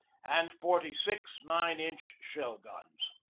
and forty-six nine inch shell guns.